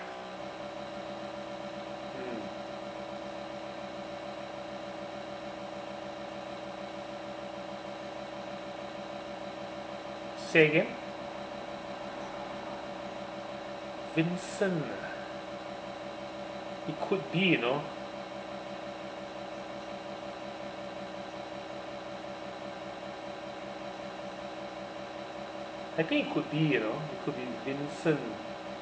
say again vincent ah it could be you know I think it could be you know it could be vincent